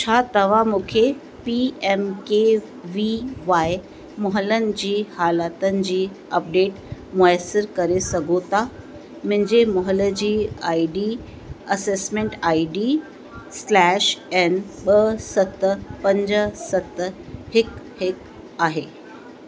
छा तवां मुखे P M K V Y मुहलनि जी हालतुनि ते अपडेट मुयसिर करे सघो था मुंहिंजे मुहले जी ID assessment ID slash N ॿ सत पंज सत हिकु हिकु आहे